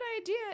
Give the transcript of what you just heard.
idea